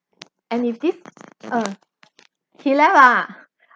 and if this uh he left ah